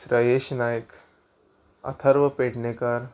Shreyesh Naik Atharva Pednekar